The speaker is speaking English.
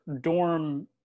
dorm